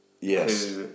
Yes